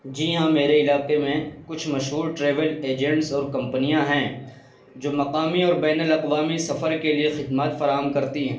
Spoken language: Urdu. جی ہاں میرے علاقے میں کچھ مشہور ٹریول ایجنٹس اور کمپنیاں ہیں جو مقامی اور بین الاقوامی سفر کے لیے خدمات فراہم کرتی ہیں